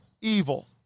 evil